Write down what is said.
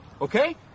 okay